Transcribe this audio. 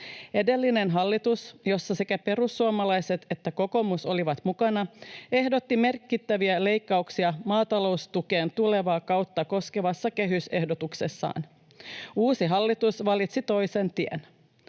Edellinen hallitus, jossa sekä perussuomalaiset että kokoomus olivat mukana, ehdotti merkittäviä leikkauksia maataloustukeen tulevaa kautta koskevassa kehysehdotuksessaan. Uusi hallitus valitsi toisen tien.